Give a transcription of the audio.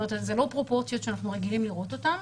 זה לא פרופורציות שאנחנו רגילים לראות אותם.